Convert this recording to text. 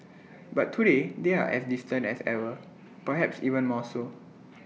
but today they are as distant as ever perhaps even more so